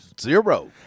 Zero